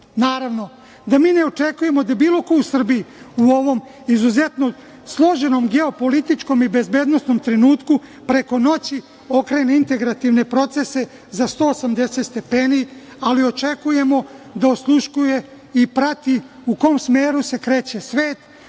članove. Naravno, mi ne očekujemo da bilo ko u Srbiji u ovom izuzetno složenom geopolitičkom i bezbednosnom trenutku preko noći okrene integrativne procese za 180 stepeni, ali očekujemo da osluškuje i prati u kom smeru se kreće svet,